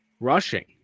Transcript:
Rushing